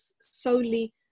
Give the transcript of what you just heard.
solely